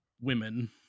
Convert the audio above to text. women